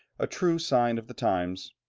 a true sign of the times?